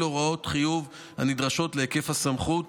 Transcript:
הוראות חיוב הנדרשות להיקף הסמכות,